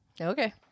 Okay